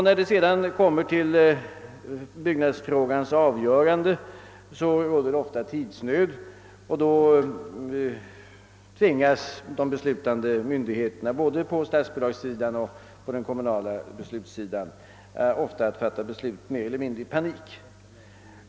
När sedan byggnadsfrågan skall avgöras råder det ofta tidsnöd, och då tvingas de beslutande myndigheterna både på den statliga och den kommunala sidan många gånger att fatta beslut mer eller mindre i panik.